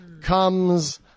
Comes